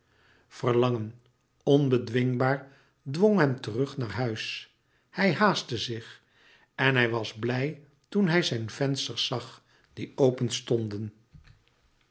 verlangen onbedwingbaar dwong hem terug naar huis hij haastte zich en hij was blij toen hij zijn vensters zag die open stonden